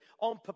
on